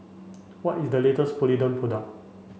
what is the latest Polident product